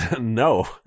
No